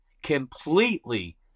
completely